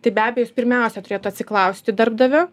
tai be abejo jis pirmiausia turėtų atsiklausti darbdavio